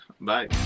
Bye